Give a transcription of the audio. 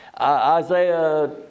Isaiah